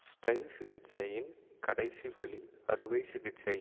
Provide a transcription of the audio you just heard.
ஸ்டைஸ் சிகிச்சையின் கடைசி வழி அறுவை சிகிச்சை